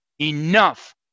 Enough